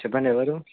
చెప్పండి ఎవరు